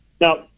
Now